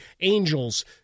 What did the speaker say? Angels